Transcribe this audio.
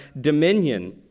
dominion